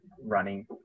running